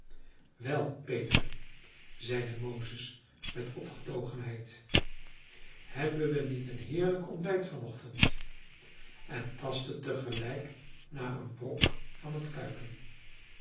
wel peter zeide mozes met opgetogenheid hebben we niet een heerlijk ontbijt van ochtend en tastte te gelijk naar een brok van het kuiken